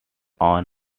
own